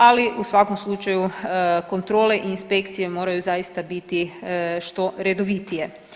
Ali, u svakom slučaju kontrole i inspekcije moraju zaista biti što redovitije.